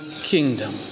kingdom